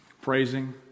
praising